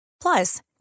Plus